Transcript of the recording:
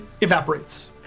evaporates